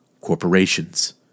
corporations